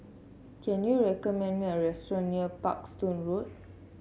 can you recommend me a restaurant near Parkstone Road